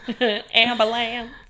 Ambulance